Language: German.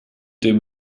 dem